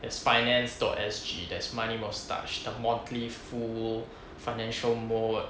there's finance dot S_G there's money mustache the motley fool financial mode